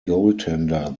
goaltender